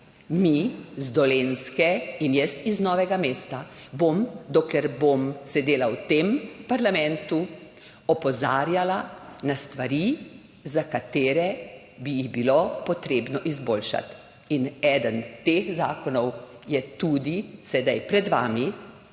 mi iz Dolenjske in jaz iz Novega mesta bom, dokler bom sedela v tem parlamentu, opozarjala na stvari, ki bi jih bilo potrebno izboljšati. Eden od teh zakonov je sedaj tudi pred vami.